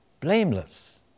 blameless